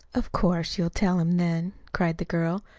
of course, you'll tell him then, cried the girl.